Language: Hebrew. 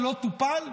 שלא טופל?